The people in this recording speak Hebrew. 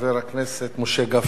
חבר הכנסת משה גפני.